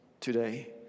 today